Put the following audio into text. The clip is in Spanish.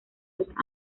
los